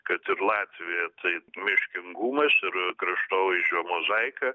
kad ir latvija taip miškingumas ir kraštovaizdžio mozaika